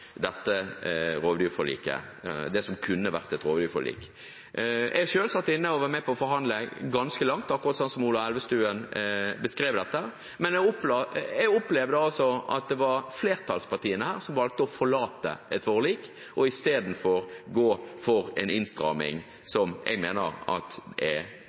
det som kunne vært et rovdyrforlik. Jeg satt selv og var med på å forhandle ganske lenge, akkurat sånn som Ola Elvestuen beskrev, men jeg opplevde at det var flertallspartiene her som valgte å forlate et forlik og istedenfor gå for en innstramming som jeg mener er